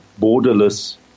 borderless